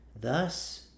Thus